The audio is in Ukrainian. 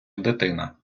дитина